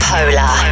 Polar